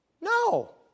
No